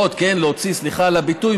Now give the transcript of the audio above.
סליחה על הביטוי,